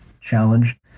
challenge